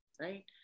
right